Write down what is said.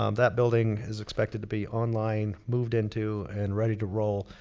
um that building is expected to be online, moved into, and ready to roll